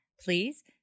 Please